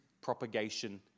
propagation